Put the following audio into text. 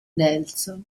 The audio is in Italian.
nelson